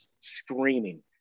screaming